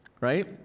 right